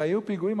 כשהיו פיגועים,